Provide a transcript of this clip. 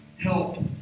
help